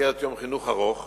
במסגרת יום חינוך ארוך